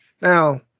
now